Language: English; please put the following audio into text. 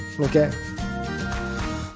Okay